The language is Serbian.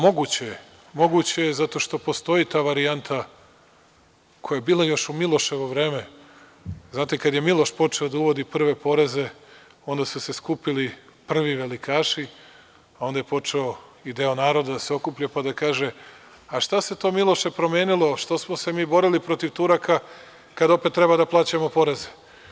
Moguće je, zato što postoji ta varijanta koja je bila još u Miloševo vreme, znate kada je Miloš počeo da uvodi prve poreze, onda su se skupili prvi velikaši, a onda je počeo i deo naroda da se okuplja pa da kaže -a šta se to Miloše promenilo, što smo se mi borili protiv Turaka, kada opet treba da plaćamo poreze?